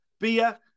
beer